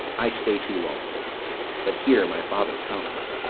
i stay too long but here my father comes.